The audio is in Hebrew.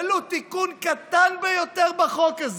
ולו תיקון קטן ביותר, בחוק הזה,